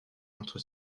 entre